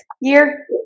year